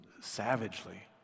savagely